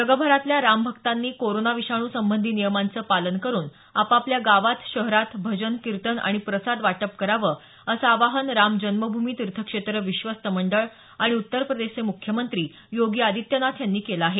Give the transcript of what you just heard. जगभरातल्या राम भक्तांनी कोरोना विषाणू संबंधी नियमांचं पालन करुन आपापल्या गावात शहरात भजन किर्तन आणि प्रसाद वाटप करावं असं आवाहन राम जन्मभूमी तीर्थक्षेत्र विश्वस्त मंडळ आणि उत्तर प्रदेशचे मुख्यमंत्री योगी आदित्यनाथ यांनी केलं आहे